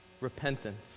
repentance